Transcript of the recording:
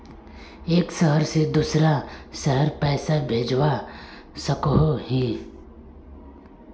एक शहर से दूसरा शहर पैसा भेजवा सकोहो ही?